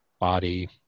body